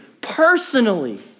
personally